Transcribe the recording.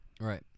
Right